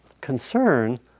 concern